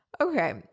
Okay